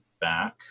back